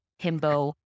himbo